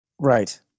Right